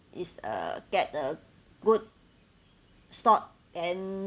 is uh get a good start and